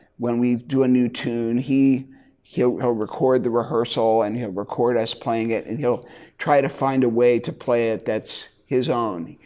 when we do a new tune he'll he'll record the rehearsal and he'll record us playing it. and he'll try to find a way to play it that's his own.